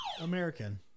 American